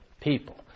people